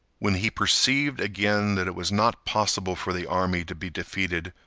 when he perceived again that it was not possible for the army to be defeated,